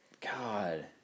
God